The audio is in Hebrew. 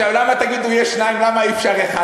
תגידו, יש שניים, למה אי-אפשר אחד?